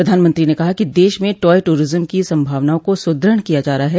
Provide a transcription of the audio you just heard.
प्रधानमंत्री ने कहा कि देश में टॉय टूरिज्म की संभावनाओं का सुदृढ़ किया जा रहा है